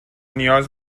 نیاز